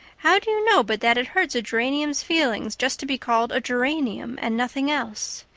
how do you know but that it hurts a geranium's feelings just to be called a geranium and nothing else?